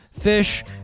fish